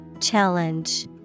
Challenge